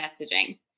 messaging